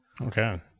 Okay